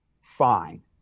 Fine